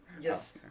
Yes